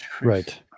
Right